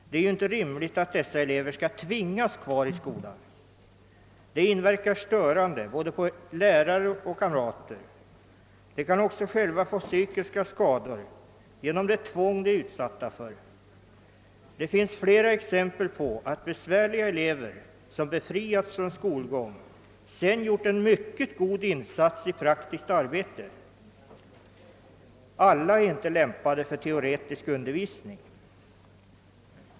Det är inte rimligt att de skall tvingas kvar i skolan. De inverkar störande på både lärare och kamrater, och de kan själva få psykiska skador genom det tvång de är utsatta för. Flera exempel visar dock att besvärliga elever som befriats från skolgång sedan gjort en mycket god insats i praktiskt arbete. Alla är inte lämpade för teoretiska studier.